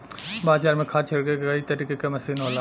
बाजार में खाद छिरके के कई तरे क मसीन होला